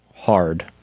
hard